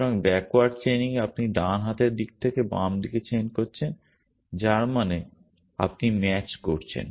সুতরাং ব্যাকওয়ার্ড চেইনিংয়ে আপনি ডান হাতের দিক থেকে বাম দিকে চেইন করছেন যার মানে আপনি ম্যাচ করছেন